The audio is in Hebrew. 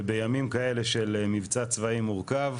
ובימים כאלה של מבצע צבאי מורכז,